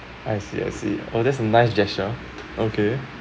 I see I see oh that's a nice gesture okay